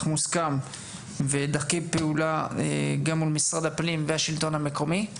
מוסכם ודרכי פעולה גם מול משרד הפנים והשלטון המקומי.